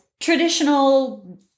Traditional